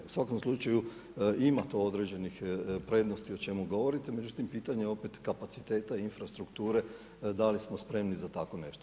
U svakom slučaju ima to određenih prednosti o čemu govorite, međutim pitanje je opet kapaciteta infrastrukture dali smo spremni za tako nešto.